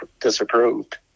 disapproved